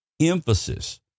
emphasis